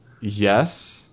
Yes